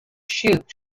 shoot